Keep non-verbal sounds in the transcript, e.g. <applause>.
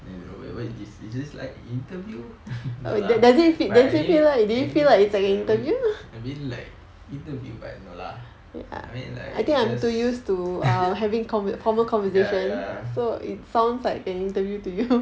wait wait what is this is this like interview <laughs> no lah but I mean like interview but no lah I mean like ya ya